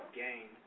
gain